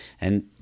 And-